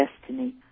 destiny